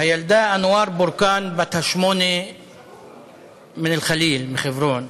הילדה אנואר בורקאן בת השמונה מאלח'ליל בחברון